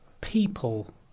people